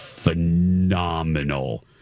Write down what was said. phenomenal